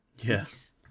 Yes